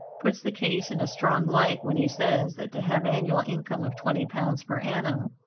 puts the case in a strong light when he says that to have annual income of twenty pounds per annum,